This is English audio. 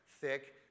thick